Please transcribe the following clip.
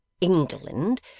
England